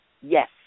Yes